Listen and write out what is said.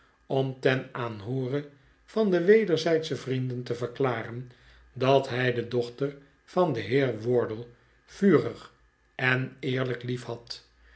om ten aanhoore van de wederzijdsche vrienden te verklaren dat hij de dochter van den heer wardle vurig en eerde